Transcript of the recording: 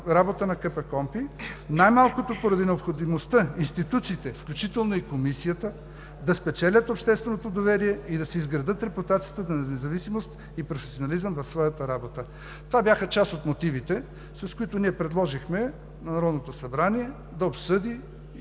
работа на КПКОНПИ, най-малкото поради необходимостта институциите, включително и Комисията, да спечелят общественото доверие и да си изградят репутацията на независимост и професионализъм в своята работа. Това бяха част от мотивите, с които ние предложихме на Народното събрание да обсъди и